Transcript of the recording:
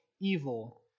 evil